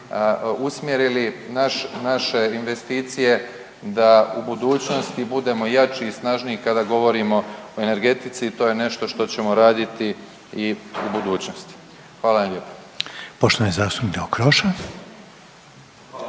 usmjerili naše investicije da u budućnosti budemo jači i snažniji kada govorimo o energetici. To je nešto što ćemo raditi i u budućnosti. Hvala vam lijepo. **Reiner, Željko